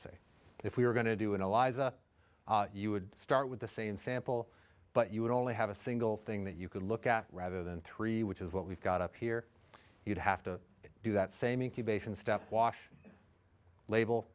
assay if we were going to do an ally's a you would start with the same sample but you would only have a single thing that you could look at rather than three which is what we've got up here you'd have to do that same incubation step wash label